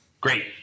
Great